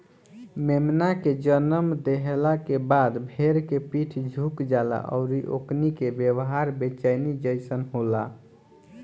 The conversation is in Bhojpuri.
मेमना के जनम देहला के बाद भेड़ के पीठ झुक जाला अउरी ओकनी के व्यवहार बेचैनी जइसन होला